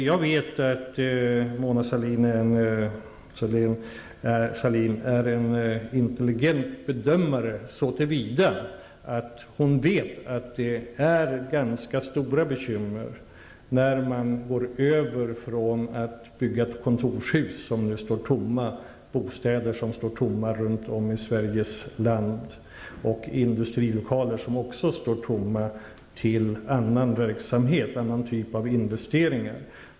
Jag vet att Mona Sahlin är en intelligent bedömare så till vida att hon vet att det uppstår ganska stora bekymmer när man går över från att bygga kontorshus, bostäder och industrilokaler, som nu står tomma runt om i Sveriges land, till annan verksamhet, till en annan typ av investeringar.